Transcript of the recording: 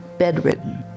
bedridden